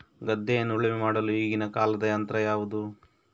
ಗದ್ದೆಯನ್ನು ಉಳುಮೆ ಮಾಡಲು ಈಗಿನ ಕಾಲದ ಯಂತ್ರ ಯಾವುದು?